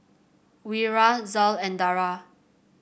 Wira Zul and Dara